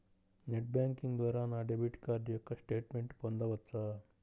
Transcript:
Net banking ద్వారా నా debit card యొక్క స్టేట్మెంట్ పొందవచ్చా?